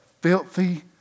filthy